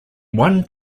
one